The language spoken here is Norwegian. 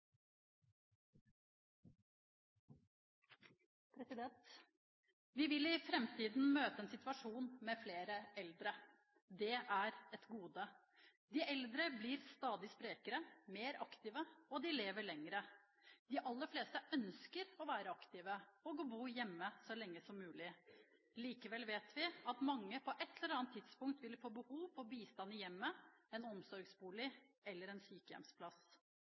Vi vil i framtiden møte en situasjon med flere eldre. Det er et gode. De eldre blir stadig sprekere og mer aktive, og de lever lenger. De aller fleste ønsker å være aktive og å bo hjemme så lenge som mulig. Likevel vet vi at mange på et eller annet tidspunkt vil få behov for bistand i hjemmet, en omsorgsbolig eller